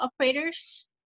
operators